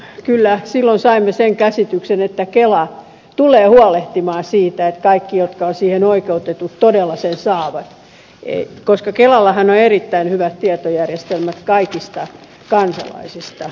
kyllä silloin saimme sen käsityksen että kela tulee huolehtimaan siitä että kaikki jotka ovat siihen oikeutetut todella sen saavat koska kelallahan on erittäin hyvät tietojärjestelmät kaikista kansalaisista